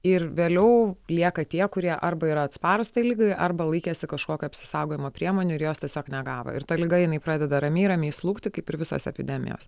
ir vėliau lieka tie kurie arba yra atsparūs ligai arba laikėsi kažkokių apsisaugojimo priemonių ir jos tiesiog negavo ir ta liga jinai pradeda ramiai ramiai slūgti kaip ir visos epidemijos